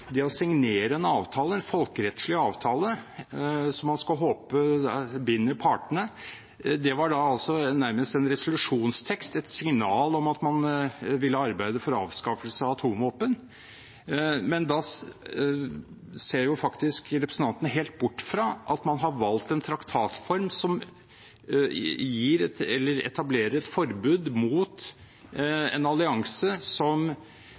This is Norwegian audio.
det å signere en folkerettslig avtale som man kan håpe binder partene, var det nærmest en resolusjonstekst, et signal om at man ville arbeide for avskaffelse av atomvåpen. Men da ser representanten helt bort fra at man har valgt en traktatform som etablerer et forbud mot en allianse som